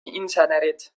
insenerid